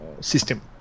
system